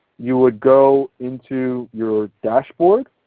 you would go into your dashboard.